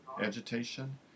agitation